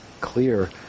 clear